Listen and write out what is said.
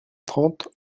trente